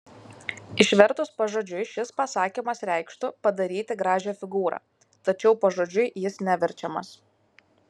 išvertus pažodžiui šis pasakymas reikštų padaryti gražią figūrą tačiau pažodžiui jis neverčiamas